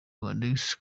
rwandex